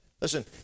Listen